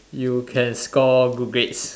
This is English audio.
you can score good grades